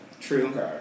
True